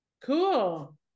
cool